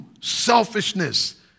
selfishness